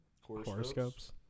horoscopes